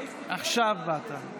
עכשיו באת.